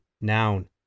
Noun